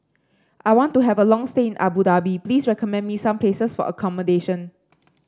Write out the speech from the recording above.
I want to have a long stay in Abu Dhabi please recommend me some places for accommodation